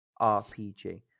RPG